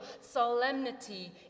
solemnity